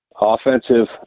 offensive